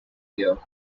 year